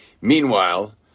Meanwhile